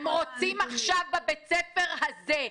הם רוצים עכשיו בבית הספר הזה.